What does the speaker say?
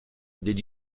did